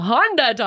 Honda